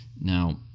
Now